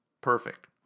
perfect